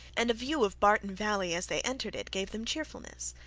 and a view of barton valley as they entered it gave them cheerfulness.